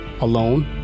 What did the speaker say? alone